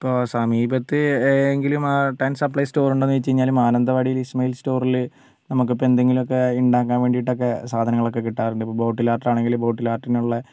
ഇപ്പം സമീപത്ത് എ ഏതെങ്കിലും ആർട്ട് ആൻ സപ്ലൈ സ്റ്റോർ ഉണ്ടോന്ന് ചോദിച്ച് കഴിഞ്ഞാൽ മാനന്തവാടിയിൽ ഇസ്മയിൽ സ്റ്റോറില് നമുക്ക് ഇപ്പോൾ എന്തെങ്കിലൊക്കെ ഉണ്ടാക്കാൻ വേണ്ടിട്ടൊക്കെ സാധനനങ്ങളൊക്കെ കിട്ടാറുണ്ട് ഇപ്പോൾ ബോട്ടിൽ ആർട്ടാണെങ്കിൽ ബോട്ടിൽ ആർട്ടിനുള്ള